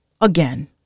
again